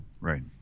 Right